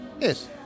yes